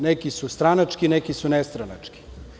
Neki su stranački, a neki su nestranački.